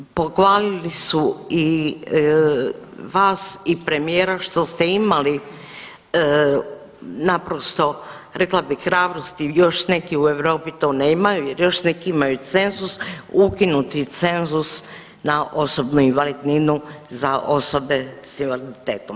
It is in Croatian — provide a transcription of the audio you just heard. Pohvalili su i vas i premijera što ste imali naprosto, rekla bih, hrabrosti, još neki u Europi to nemaju jer još neki imaju cenzus, ukinuti cenzus na osobnu invalidninu za osobe s invaliditetom.